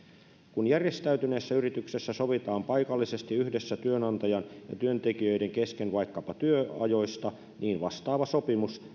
kun järjestäytyneessä yrityksessä sovitaan paikallisesti yhdessä työnantajan ja työntekijöiden kesken vaikkapa työajoista niin vastaava sopimus